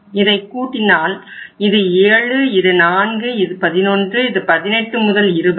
இதை கூட்டினால் இது 7 இது4 இது 11 இது 18 முதல் 20